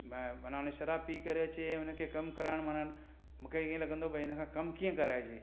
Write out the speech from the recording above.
माना हुन शराब पी करे अचे हुन खे कमु करणु माना मूंखे हीअं लॻंदो भई हिन सां कमु कीअं कराइजे